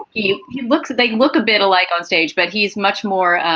yeah he looks at they look a bit alike on stage, but he's much more.